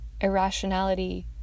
irrationality